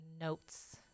notes